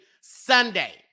Sunday